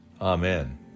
Amen